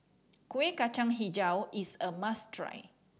Kueh Kacang Hijau is a must try